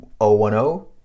010